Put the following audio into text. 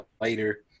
later